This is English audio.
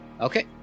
Okay